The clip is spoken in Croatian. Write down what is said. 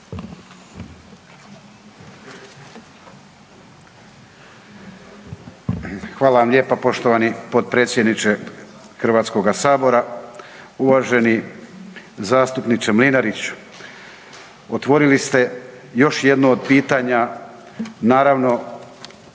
Hvala vam lijepa poštovani potpredsjedniče Hrvatskoga sabora. Uvaženi zastupniče Mlinariću, otvorili ste još jedno od pitanja naravno